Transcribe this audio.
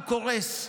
הוא קורס.